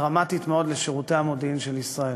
דרמטית מאוד לשירותי המודיעין של ישראל.